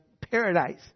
paradise